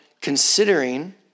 considering